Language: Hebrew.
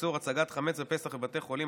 איסור הצגת חמץ בפסח בבתי חולים),